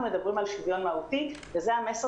אנחנו מדברים על שוויון מהותי וזה המסר